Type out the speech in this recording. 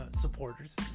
supporters